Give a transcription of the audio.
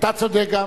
אתה צודק גם.